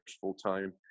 full-time